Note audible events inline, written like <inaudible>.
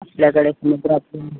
आपल्याकडे <unintelligible>